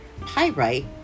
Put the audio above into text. Pyrite